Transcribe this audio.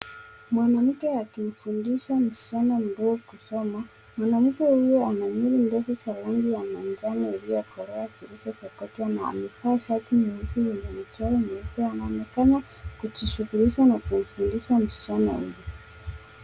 Mwanamke akimfundisha msichana mdogo kusoma. Mwanamke huyo ana nywele ndefu za rangi ya manjano iliyokolea zilizosokotwa na amevaa shati nyeusi yenye michoro mieupe na anaonekana kujishughulisha na kufundisha msichana huyu.